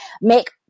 make